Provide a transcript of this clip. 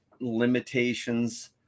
limitations